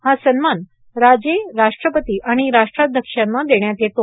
हा सन्मान राजे राष्ट्रपती आणि राष्ट्राध्यक्षांना देण्यात येतो